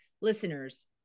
listeners